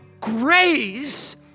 grace